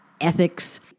Ethics